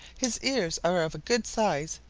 his ears are of good size,